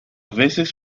veces